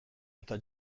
eta